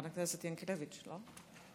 חברת הכנסת ינקלביץ', לא?